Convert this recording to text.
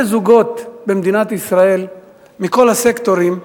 זוגות במדינת ישראל מכל הסקטורים קיוו,